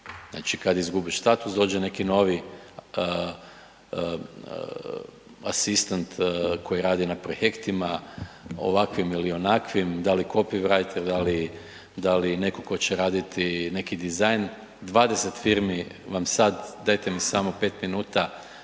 Znači kad izgubiš status, dođe neki novi asistent koji radi na projektima, ovakvim ili onakvim, da li copywriter, da li netko tko će raditi neki dizajn, 20 firmi vam sad, dajte mi samo 5 minuta,